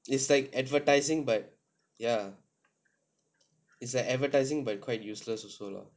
is like advertising but ya it's an advertising but quite useless also lah